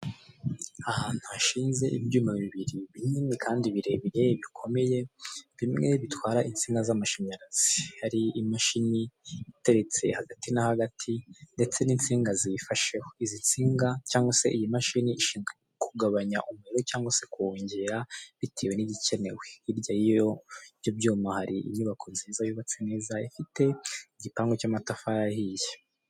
Ahantu hashinze ibyuma bibiri binini kandi birebire bikomeye bimwe bitwara insina z'amashanyarazi, hari imashini itetse hagati na hagati ndetse n'insinga ziyifasheho, izi nsinga cyangwa se iyi mashini ishinzwe kugabanya umuriro cyangwa se kuwongera bitewe n'igikenewe, hirya y'iyo byo byuma hari inyubako nziza yubatse neza ifite igipangu cy'amatafari ahiye.